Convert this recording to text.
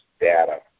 data